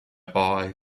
bye